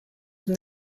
from